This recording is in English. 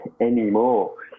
anymore